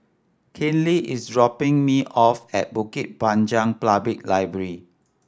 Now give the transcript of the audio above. Kinley is dropping me off at Bukit Panjang Public Library